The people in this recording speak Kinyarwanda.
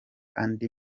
andi